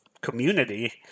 community